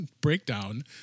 breakdown